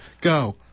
Go